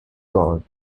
god